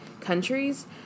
countries